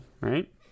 right